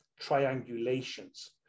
triangulations